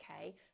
Okay